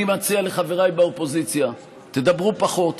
אני מציע לחבריי באופוזיציה: תדברו פחות,